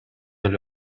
эле